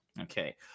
Okay